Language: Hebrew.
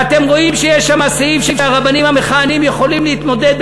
ואתם רואים שיש שמה סעיף שהרבנים המכהנים יכולים להתמודד,